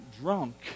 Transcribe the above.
drunk